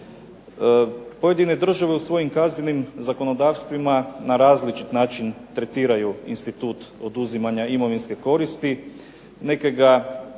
Pojedine države u svojim kaznenim zakonodavstvima na različit način tretiraju institut oduzimanja imovinske koristi. Neke ga